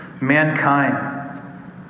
mankind